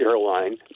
airline